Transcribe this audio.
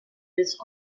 des